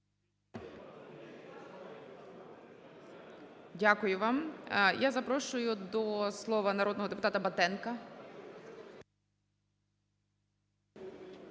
Дякую вам. Я запрошую до слова народного депутата Батенка.